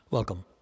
Welcome